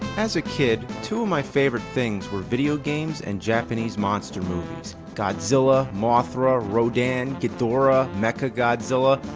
as a kid, two of my favorite things were video games and japanese monster movies. godzilla, mothra, rodan, ghidorah, mechagodzilla.